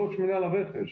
ראש מינהל הרכש,